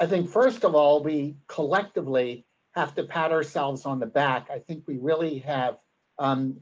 i think, first of all, we collectively have to pat ourselves on the back. i think we really have